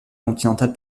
continental